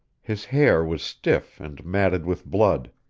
his hair was stiff and matted with blood.